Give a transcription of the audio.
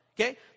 Okay